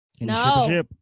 No